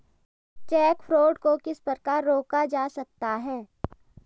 Check fraud को किस प्रकार रोका जा सकता है?